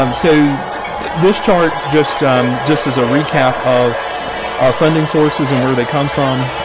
um so this chart just um just as a recap of our funding sources and where they come from,